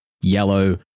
yellow